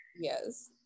yes